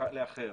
לאחר